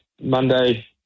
Monday